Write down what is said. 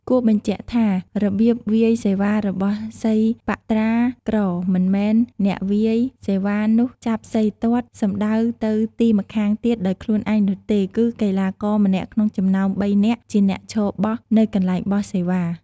គួរបញ្ជាក់ថា របៀបវាយសេវារបស់សីប៉ាក់តាក្រមិនមែនអ្នកវាយសេវានោះចាប់សីទាត់ សំដៅទៅទីម្ខាងទៀតដោយខ្លួនឯងនោះទេ គឺកីឡាករម្នាក់ក្នុងចំណោម ៣ នាក់ជាអ្នកឈរបោះនៅកន្លែងបោះសេវា ។